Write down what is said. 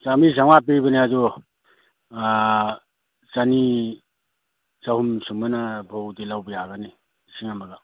ꯆꯥꯃꯔꯤ ꯃꯥꯃꯉꯥ ꯄꯤꯕꯅꯤ ꯑꯗꯨ ꯑꯥ ꯆꯅꯤ ꯆꯍꯨꯝ ꯁꯨꯃꯥꯏꯅ ꯐꯥꯎꯗꯤ ꯂꯧꯕ ꯌꯥꯕꯅꯤ ꯂꯤꯁꯤꯡ ꯑꯃꯒ